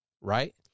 right